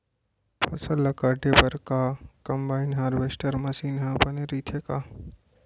फसल ल काटे बर का कंबाइन हारवेस्टर मशीन ह बने रइथे का?